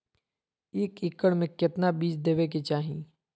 एक एकड़ मे केतना बीज देवे के चाहि?